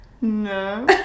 No